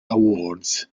awards